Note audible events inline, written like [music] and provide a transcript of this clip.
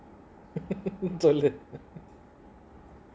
[laughs] சொல்லு:sollu